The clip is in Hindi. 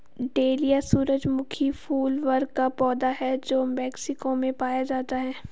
डेलिया सूरजमुखी फूल वर्ग का पौधा है जो मेक्सिको में पाया जाता है